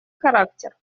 характер